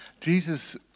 Jesus